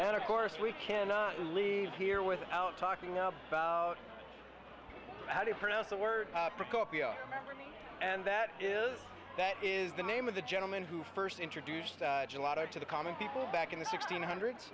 and of course we cannot leave here without talking now about how do you pronounce the word and that is that is the name of the gentleman who first introduced to the common people back in the sixteen hundreds